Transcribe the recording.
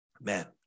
man